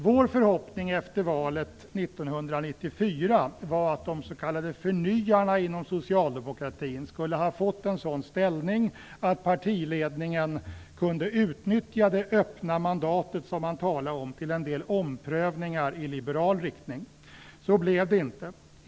Vår förhoppning efter valet 1994 var att de s.k. förnyarna inom socialdemokratin skulle ha fått en sådan ställning att partiledningen kunde utnyttja det öppna mandat som man talade om till en del omprövningar i liberal riktning. Så blev det inte.